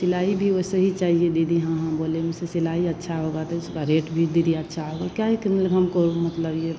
सिलाई भी वैसे ही चाहिए दीदी हाँ हाँ बोले वैसे सिलाई अच्छी होगी तो उसका रेट भी दीदी अच्छा वह क्या ही कि मतलब हमको मतलब यह